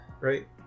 Right